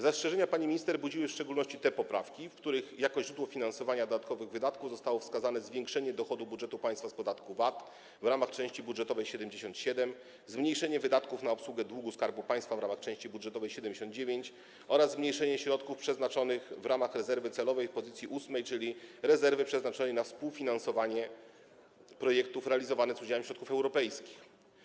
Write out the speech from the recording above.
Zastrzeżenia pani minister budziły w szczególności te poprawki, w których jako źródło finansowania dodatkowych wydatków zostało wskazane zwiększenie dochodów budżetu państwa z podatku VAT w ramach części budżetowej 77, zmniejszenie wydatków na obsługę długu Skarbu Państwa w ramach części budżetowej 79 oraz zmniejszenie środków w ramach rezerwy celowej w poz. 8, czyli rezerwy przeznaczonej na współfinansowanie projektów realizowanych z udziałem środków europejskich.